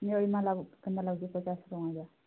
ନିଅ ଏଇ ମାଲା ସୁନ୍ଦର ଲାଗୁଛି ପଚାଶ ଟଙ୍କାରେ